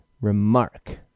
remark